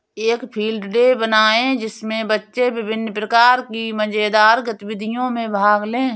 एक field day बनाएं जिसमें बच्चे विभिन्न प्रकार की मजेदार गतिविधियों में भाग लें